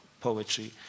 poetry